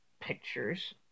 pictures